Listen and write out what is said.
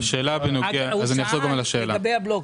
על הבלו.